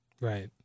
Right